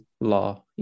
law